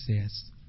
says